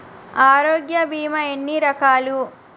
ఆరోగ్య బీమా ఎన్ని రకాలు?